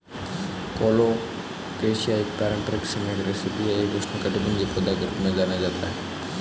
colocasia एक पारंपरिक snack recipe है एक उष्णकटिबंधीय पौधा के रूप में जाना जाता है